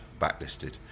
Backlisted